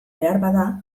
beharbada